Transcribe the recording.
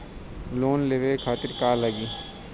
Loan लेवे खातीर का का लगी?